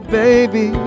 baby